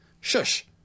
Shush